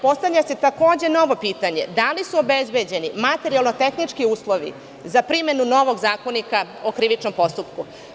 Postavlja se takođe novo pitanje – da li su obezbeđeni materijalno-tehnički uslovi za primenu novog Zakonika o krivičnom postupku.